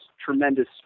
tremendous